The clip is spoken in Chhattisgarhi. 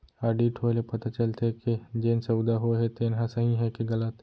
आडिट होए ले पता चलथे के जेन सउदा होए हे तेन ह सही हे के गलत